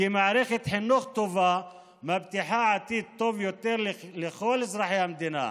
כי מערכת חינוך טובה מבטיחה עתיד טוב יותר לכלל אזרחי המדינה.